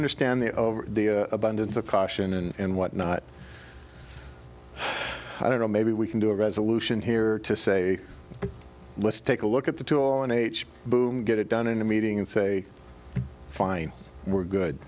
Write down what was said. understand the abundance of caution and what not i don't know maybe we can do a resolution here to say let's take a look at the two an age boom get it done in a meeting and say fine we're good